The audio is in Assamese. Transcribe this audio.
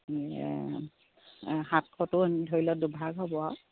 সাতশটো ধৰি লওক দুভাগ হ'ব আৰু